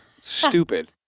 Stupid